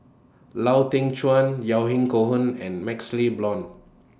Lau Teng Chuan Yahya Cohen and MaxLe Blond